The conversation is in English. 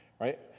Right